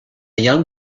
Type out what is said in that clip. young